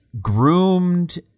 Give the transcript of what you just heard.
groomed